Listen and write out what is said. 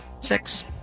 Six